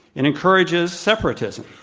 and encourages separatism.